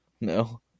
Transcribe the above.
No